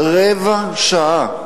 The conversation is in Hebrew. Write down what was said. רבע שעה.